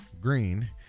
Green